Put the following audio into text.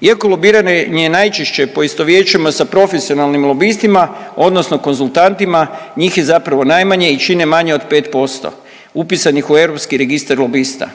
Iako lobiranje najčešće poistovjećujemo sa profesionalnim lobistima odnosno konzultantima, njih je zapravo najmanje i čine manje od 5% upisanih u europski registar lobista.